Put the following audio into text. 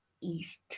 east